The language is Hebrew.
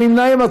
אין נמנעים.